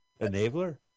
Enabler